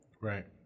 Right